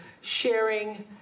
sharing